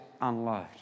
unload